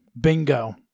bingo